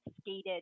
skated